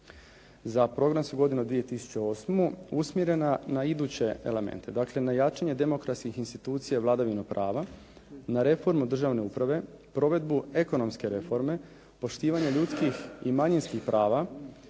za programsku godinu 2008. usmjerena na iduće elemente, dakle na jačanje demokratskih institucija i vladavinu prava, na reformu državne uprave, provedbu ekonomske reforme, poštivanje ljudskih i manjinskih prava,